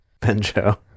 Benjo